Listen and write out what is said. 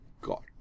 God